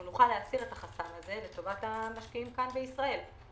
נוכל להסיר את החסם הזה לטובת המשקיעים כאן בישראל,